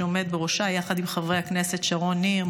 שעומד בראשה יחד עם חברי הכנסת שרון ניר,